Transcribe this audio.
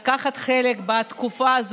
השיכון וביקשה להחליף בין הפרויקטים,